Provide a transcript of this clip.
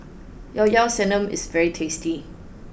llao llao sanum is very tasty